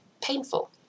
painful